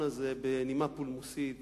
הזה ודיברתי בנימה פולמוסית ופוליטית,